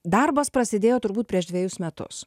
darbas prasidėjo turbūt prieš dvejus metus